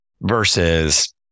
Versus